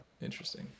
Interesting